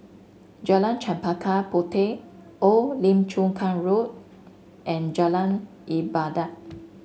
Jalan Chempaka Puteh Old Lim Chu Kang Road and Jalan Ibadat